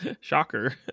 Shocker